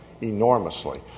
enormously